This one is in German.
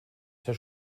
der